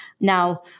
Now